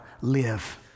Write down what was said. live